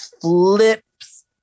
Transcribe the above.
flips